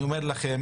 אני אומר לכם,